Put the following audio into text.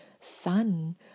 Sun